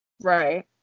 Right